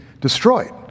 destroyed